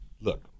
look